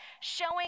showing